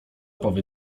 powie